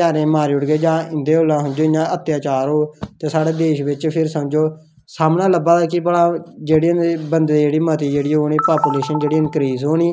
गै मारी ओड़गे जां इंदे कन्नै अत्याचार होग ते साढ़े देश बिच फिर समझो सामनै लब्भा दा कि भला कि बंदे दी जेह्ड़ी पॉपूलेशन जेह्ड़ी इनक्रीज़ होनी